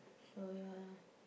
so ya